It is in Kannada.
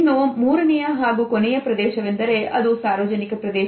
ಇನ್ನು ಮೂರನೆಯ ಹಾಗೂ ಕೊನೆಯ ಪ್ರದೇಶವೆಂದರೆ ಅದು ಸಾರ್ವಜನಿಕ ಪ್ರದೇಶ